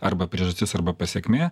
arba priežastis arba pasekmė